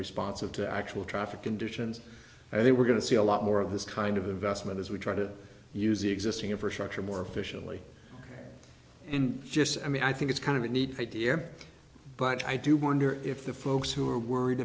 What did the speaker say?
responsive to actual traffic conditions and they we're going to see a lot more of this kind of investment as we try to use the existing infrastructure more efficiently and just i mean i think it's kind of a neat idea but i do wonder if the folks who are worried